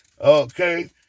Okay